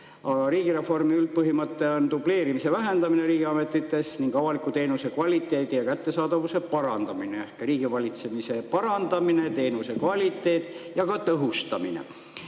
riigireformi üldpõhimõte on dubleerimise vähendamine riigiametites ning avaliku teenuse kvaliteedi ja kättesaadavuse parandamine ehk riigivalitsemise parandamine, teenuse kvaliteet ja ka tõhustamine.